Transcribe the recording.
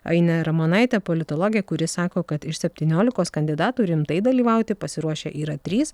ainę ramonaitę politologę kuri sako kad iš septyniolikos kandidatų rimtai dalyvauti pasiruošę yra trys